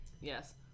Yes